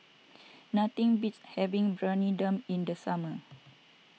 nothing beats having Briyani Dum in the summer